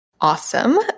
Awesome